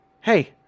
Hey